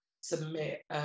submit